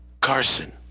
Carson